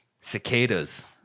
Cicadas